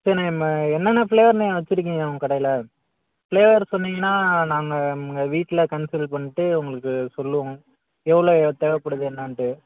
சரிண்ணே நம்ம என்னென்ன ஃப்ளேவர்ண்ணே வச்சுருக்கீங்க உங்கள் கடையில் ஃபளேவர் சொன்னீங்கன்னா நாங்கள் எங்கள் வீட்டில் கன்சல்ட் பண்ணிட்டு உங்களுக்கு சொல்லுவோம் எவ்வளோத் தேவைப்படுது என்னான்ட்டு